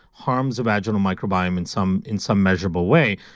harms of vaginal microbiome in some in some measurable way.